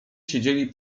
siedzieli